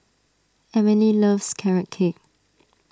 Emile loves Carrot Cake